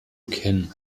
kennen